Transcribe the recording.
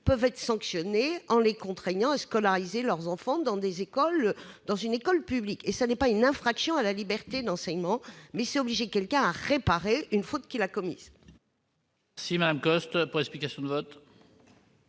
peuvent être sanctionnés : on peut les contraindre à scolariser leurs enfants dans une école publique. Ce n'est pas une infraction à la liberté d'enseignement : c'est obliger quelqu'un à réparer une faute qu'il a commise. La parole est à Mme Josiane Costes, pour explication de vote.